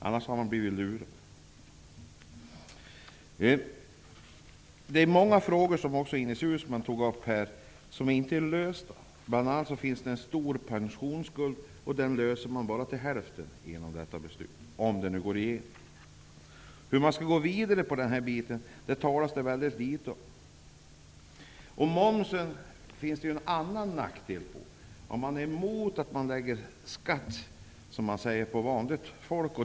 Annars har han blivit lurad. Också Ines Uusmann tog upp många frågor som inte är lösta. Det finns bl.a. en stor pensionsskuld, och den frågan löser man bara till hälften genom detta beslut -- om det nu går igenom. Hur man skall går vidare med den delen talas det mycket litet om. Det finns en annan nackdel med moms. Man är emot att det läggs skatt på vanligt folk.